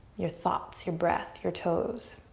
your thoughts, your breath, your toes.